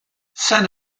san